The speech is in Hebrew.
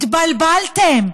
התבלבלתם.